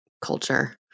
culture